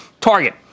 Target